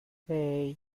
hey